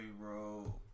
bro